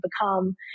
become